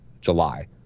july